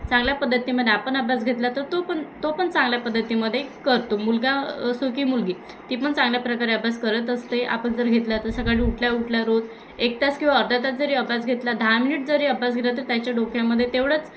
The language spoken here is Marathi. चांगल्या पद्धती आपण अभ्यास घेतला तर तो पण तो पण चांगल्या पद्धतीमध्ये करतो मुलगा असो की मुलगी ती पण चांगल्या प्रकारे अभ्यास करत असते आपण जर घेतला तर सकाळी उठल्या उठला रोज एक तास किंवा अर्धा तास जरी अभ्यास घेतला दहा मिनिट जरी अभ्यास घेतला तर त्याच्या डोक्यामध्ये तेवढंच